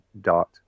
dot